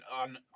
On